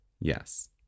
Yes